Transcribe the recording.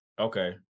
Okay